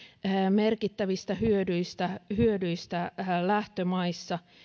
merkittävistä hyödyistä hyödyistä lähtömaissa